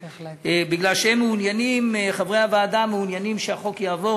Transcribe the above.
כי חברי הוועדה מעוניינים שהחוק יעבור,